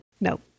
No